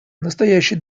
настоящий